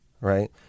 right